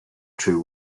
two